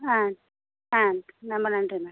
ஆ ஆ ரொம்ப நன்றி மேடம்